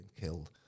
killed